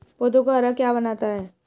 पौधों को हरा क्या बनाता है?